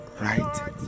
right